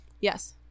Yes